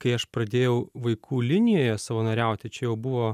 kai aš pradėjau vaikų linijoje savanoriauti čia jau buvo